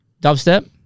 Dubstep